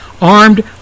armed